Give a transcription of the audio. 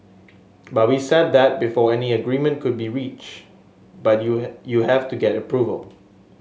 but we said that before any agreement could be reached but you you have to get approval